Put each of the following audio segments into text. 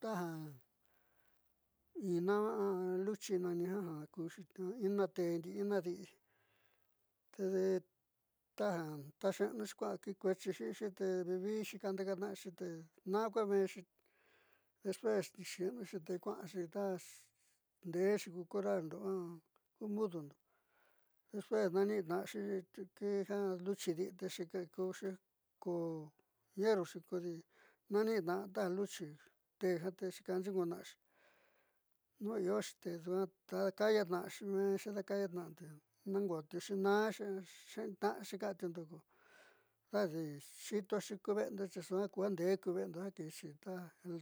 Taja ina a luchi nani ja kuxi ina teé ndi'i ina di'i tedi taja taxe'enu kua'an kiikueexi inxi te vi vi xiikande'ekaana'axi te na'a kue menxi después niixe'enuxi te kua'anxi ta nde'exi ku corralndo a ku mudundo después naanitna'axi kii ja luchi di'i te xiikaakuxi ko ñerruxi kodi naanitna'a ta luchi teé ja te kaayiikuna'axi nuu ioxi te dua'a ta dakaayaatna'axi meenxi da kaayaatna'a te naankoo tiuu na'axi xe'enitna'axi ka'antiundo ko dejadi xiitoxi ku ve'endo tee sua'a ku ja ndee ku ve'endo ja kiixi ta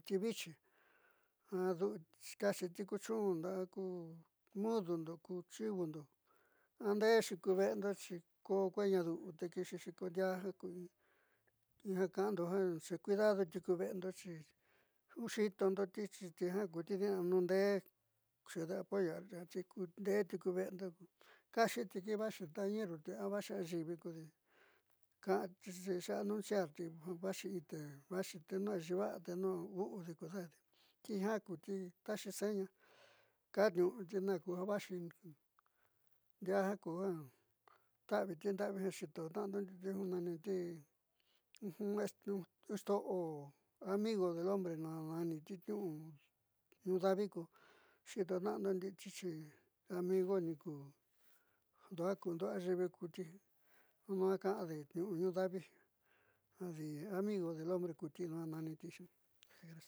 tivichi adu'u kaaxiti ku chundo a ku mudundo ku chivondo andeexi ku ve'endo xi ko kuee ñaadu'uo te kiixixi ko ndiaa in ja ka'ando ja xecuidadoti ku ve'endo xijuxiitondoti xi ti jiaa ku di'inanun ndeé xeede apoyo nde'eti ku veendo kaáxiti ki vaaxi ta ñerruti a va'axi ayiivi kodi ka'anti xeanunciarti ja ya'axi inite va'axi te nu ayiivi va'a tenu u'u de kodejadi tijiau taxi seña ka'antiu'ude na ju ja vaaxi ndiaa' juja ta'avi ntinda'avi ja xiitotna'ando.